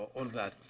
all that.